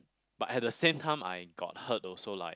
but at the same time I got hurt also like